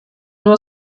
nur